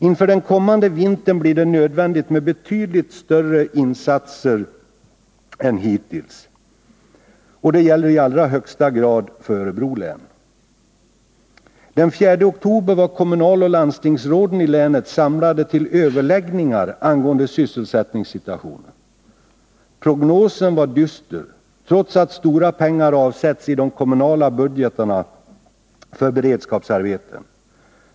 Inför den kommande vintern blir det nödvändigt med betydligt större insatser än hittills, och det gäller i allra högsta grad för Örebro län. Den 4 oktober var kommunaloch landstingsråden i länet samlade till överläggningar angående sysselsättningssituationen. Prognosen var dyster trots att stora pengar avsätts i de kommunala budgetarna för beredskapsarbeten.